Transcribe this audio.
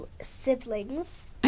siblings